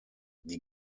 die